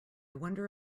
wonder